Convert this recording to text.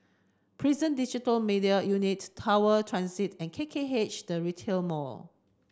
Prison Digital Media Unit Tower Transit and K K H The Retail Mall